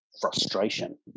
frustration